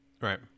Right